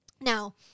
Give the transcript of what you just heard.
Now